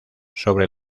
sobre